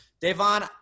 Devon